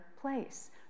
place